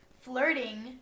flirting